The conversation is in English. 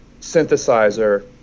synthesizer